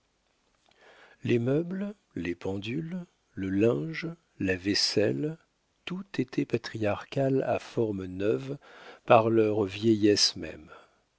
les meubles les pendules le linge la vaisselle tout était patriarcal à formes neuves par leur vieillesse